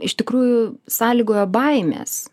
iš tikrųjų sąlygojo baimes